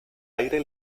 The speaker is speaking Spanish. aire